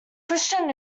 christian